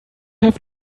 have